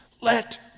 Let